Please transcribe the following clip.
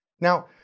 Now